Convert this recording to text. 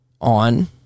on